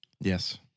Yes